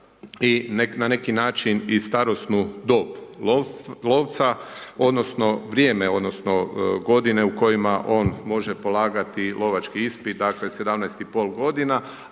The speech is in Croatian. i na neki način i starosnu dob lovca odnosno vrijeme odnosno godine u kojima on može polagati lovački ispit, dakle 17,5 g. a